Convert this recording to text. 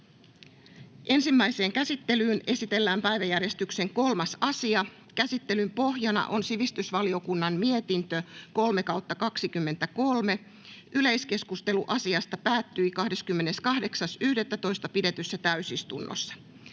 Ensimmäiseen käsittelyyn esitellään päiväjärjestyksen 3. asia. Käsittelyn pohjana on sivistysvaliokunnan mietintö SiVM 3/2023 vp. Yleiskeskustelu asiasta päättyi 28.11.2023 pidetyssä täysistunnossa.